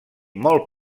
molt